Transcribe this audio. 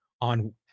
on